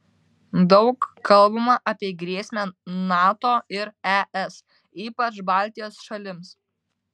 daug kalbama apie grėsmę nato ir es ypač baltijos šalims